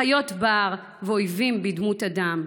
חיות בר ואויבים בדמות אדם.